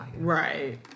Right